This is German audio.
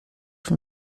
von